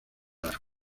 las